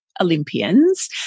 Olympians